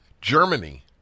Germany